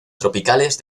tropicales